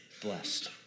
blessed